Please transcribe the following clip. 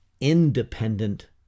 independent